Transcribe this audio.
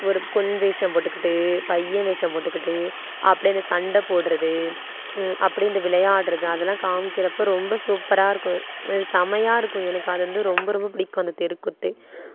ஒரு பெண் வேடம் போட்டுக்கிட்டு பையன் வேடம் போட்டுக்கிட்டு அப்படியே அந்த சண்டை போடுகிறது அப்படியே இந்த விளையாடுகிறது அதல்லாம் காமிக்கிறப்ப ரொம்ப சூப்பராக இருக்கும் செம்மயாருக்கும் எனக்கு அது வந்து ரொம்ப ரொம்ப பிடிக்கும் அந்த தெருக்கூத்து